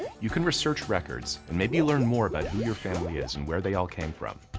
you can research records, maybe learn more about who your family is and where they all came from,